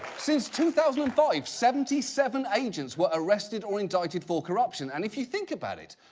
since two thousand and five, seventy seven agents were arrested or indicted for corruption, and if you think about it,